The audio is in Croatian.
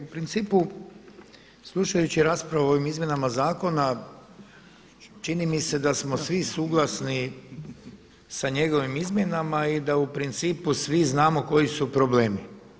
U principu slušajući rasprave o ovim izmjenama zakona čini mi se sa smo suglasni sa njegovim izmjenama i da u principu svi znamo koji su problemi.